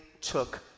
took